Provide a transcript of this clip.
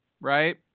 Right